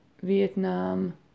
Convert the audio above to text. Vietnam